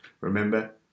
Remember